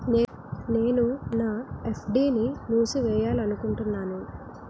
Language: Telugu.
నేను నా ఎఫ్.డి ని మూసివేయాలనుకుంటున్నాను